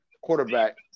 quarterback